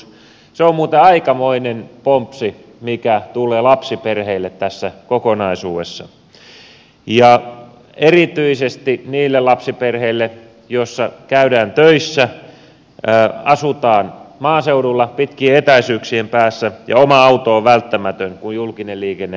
se on muuten aikamoinen pompsi mikä tulee lapsiperheille tässä kokonaisuudessa ja erityisesti niille lapsiperheille joissa käydään töissä asutaan maaseudulla pitkien etäisyyksien päässä ja oma auto on välttämätön kun julkinen liikenne ei toimi